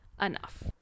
enough